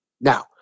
Now